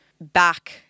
back